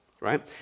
right